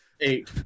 Eight